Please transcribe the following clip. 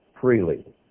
freely